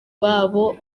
babo